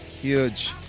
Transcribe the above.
Huge